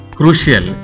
crucial